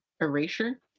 erasure